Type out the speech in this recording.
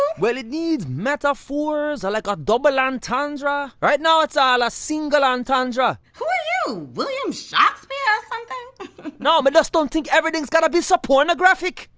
well. it needs metaphors like a double entendre. right now it's all a single entendre. who are you? william sharkspeare or something? no! me just don't think every thing's got to be so pornographic.